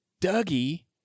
Dougie